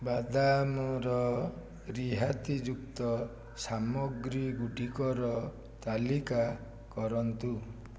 ବାଦାମର ରିହାତିଯୁକ୍ତ ସାମଗ୍ରୀ ଗୁଡ଼ିକର ତାଲିକା କରନ୍ତୁ